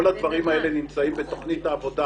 כל הדברים האלה נמצאים בתוכנית העבודה